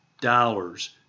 dollars